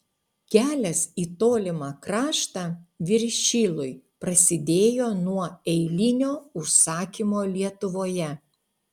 kelias į tolimą kraštą viršilui prasidėjo nuo eilinio užsakymo lietuvoje